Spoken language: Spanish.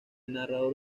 narrador